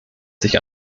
sich